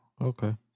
okay